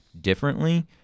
differently